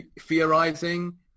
theorizing